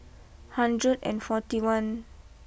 hundred and forty one